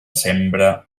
sembra